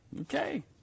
Okay